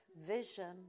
vision